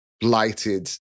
blighted